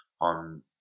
on